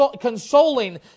consoling